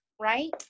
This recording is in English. right